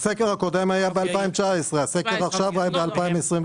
הסקר הקודם היה ב-2019, הסקר הנוכחי היה ב-2022.